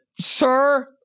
Sir